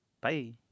Bye